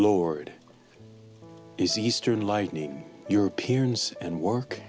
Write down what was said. is eastern lightning your appearance and work